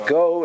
go